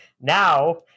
now